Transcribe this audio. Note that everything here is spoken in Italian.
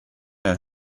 nel